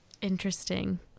Interesting